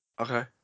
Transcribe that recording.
Okay